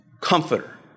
comforter